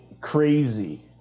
crazy